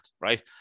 right